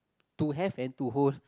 to have and to hold